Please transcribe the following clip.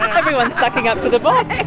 everyone's sucking up to the boss!